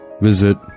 visit